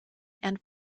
and